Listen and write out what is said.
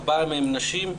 4 מהם נשים,